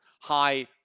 high